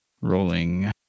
rolling